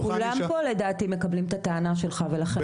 כולם פה לדעתי מקבלים את הטענה שלך ולכן